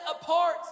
apart